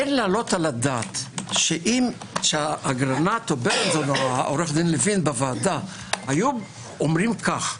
אין להעלות על הדעת שאם אגרנט או עורך הדין בוועדה היו אומרים כך,